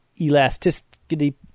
elasticity